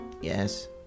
yes